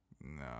No